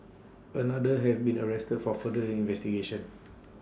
another has been arrested for further investigations